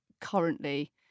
currently